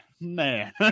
man